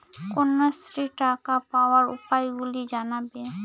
কন্যাশ্রীর টাকা পাওয়ার উপায়গুলি জানাবেন?